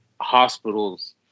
hospitals